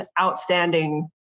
outstanding